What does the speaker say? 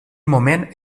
moment